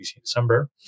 December